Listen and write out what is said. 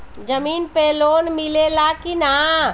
जमीन पे लोन मिले ला की ना?